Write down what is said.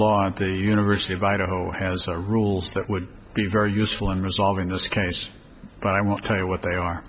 law at the university of idaho has a rules that would be very useful in resolving this case but i won't tell you what they are